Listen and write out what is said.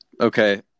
okay